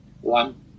One